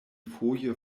foje